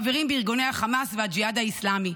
חברים בארגוני החמאס והג'יהאד האסלאמי.